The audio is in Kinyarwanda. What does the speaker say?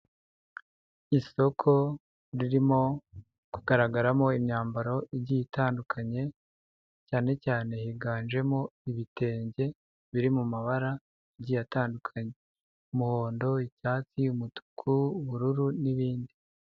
Isoko ririmo kugaragaramo imyambaro igiye itandukanye cyane cyane higanjemo ibitenge biri mu mabara agiye atandukanye, umuhondo, icyatsi, umutuku, ubururu n'ibindi.